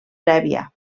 prèvia